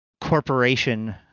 corporation